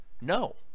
No